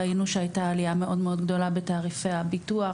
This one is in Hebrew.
ראינו שהייתה עלייה מאוד מאוד גדולה בתעריפי הביטוח